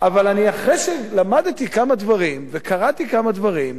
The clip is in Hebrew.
אבל אחרי שלמדתי כמה דברים, וקראתי כמה דברים,